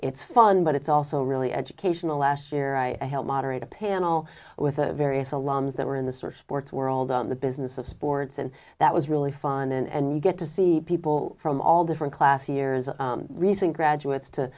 it's fun but it's also really educational last year i helped moderate a panel with the various alarms that were in the source sports world on the business of sports and that was really fun and you get to see people from all different class years of recent graduates to